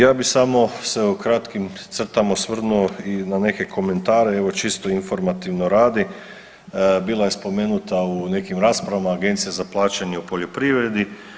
Ja bi samo se u kratkim crtama osvrnuo i na neke komentare evo čisto informativno radi, bila je spomenuta u nekim raspravama Agencija za plaćanje u poljoprivredi.